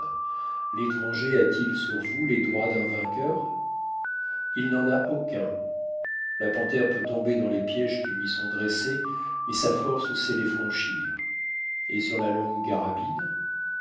l'étranger a-t-il sur vous les droits d'un vainqueur il n'en a aucun la panthère peut tomber dans les pièges qui lui sont dressés mais sa force sait les franchir et sur la longue carabine